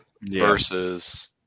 Versus